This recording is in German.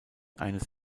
eines